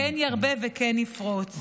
כן ירבה וכן יפרוץ.